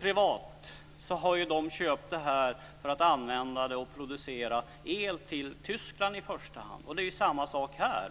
företaget köpt detta och använt det för att producera el till Tyskland i första hand. Och det är samma sak här.